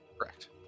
Correct